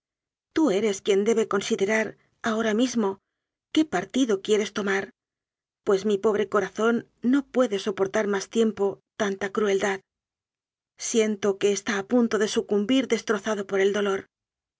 tú eres quien debe considerar ahora mismo qué partido quieres tomar pues mi pobre corazón no puede soportar más tiempo tanta cruel dad siento que está a punto de sucumbir destro zado por el dolor